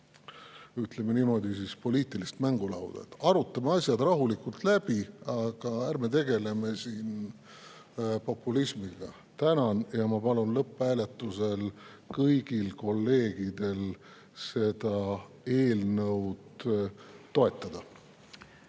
ütleme niimoodi, poliitilist mängulauda. Arutame asjad rahulikult läbi ja ärme tegeleme siin populismiga. Tänan ja ma palun lõpphääletusel kõigil kolleegidel seda eelnõu toetada.